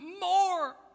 more